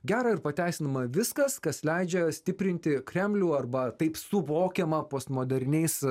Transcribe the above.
gera ir pateisinama viskas kas leidžia stiprinti kremlių arba taip suvokiama postmoderniais